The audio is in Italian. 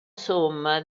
somma